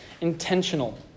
intentional